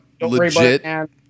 legit –